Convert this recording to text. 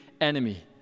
enemy